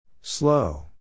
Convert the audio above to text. Slow